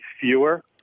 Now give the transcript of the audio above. fewer